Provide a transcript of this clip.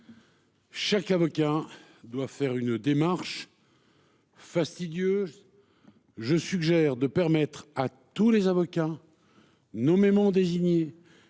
Chaque avocat doit effectuer des démarches fastidieuses. Je suggère de permettre à tous les avocats, nommément désignés